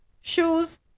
Shoes